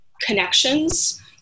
connections